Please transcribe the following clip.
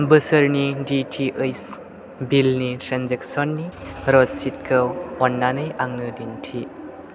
बोसोरनि डिटिएइस बिलनि ट्रेन्जेकसननि रसिदखौ अननानै आंनो दिन्थि